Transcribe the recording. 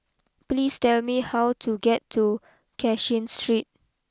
please tell me how to get to Cashin Street